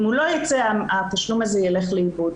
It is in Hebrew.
אם הוא לא יצא, התשלום הזה ילך לאיבוד.